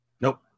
Nope